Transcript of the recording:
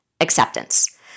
acceptance